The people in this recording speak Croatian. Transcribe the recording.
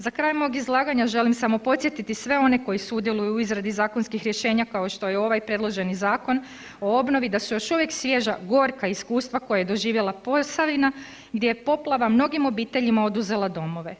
Za kraj mog izlaganja želim samo podsjetiti sve one koji sudjeluju u izradi zakonskih rješenja kao što je ovaj predloženi Zakon o obnovi da su još uvijek svježa gorka iskustva koja je doživjela Posavina, gdje je poplava mnogim obiteljima oduzela domove.